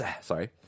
sorry